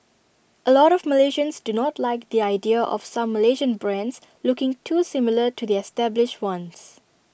A lot of Malaysians do not like the idea of some Malaysian brands looking too similar to the established ones